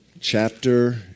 chapter